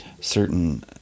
certain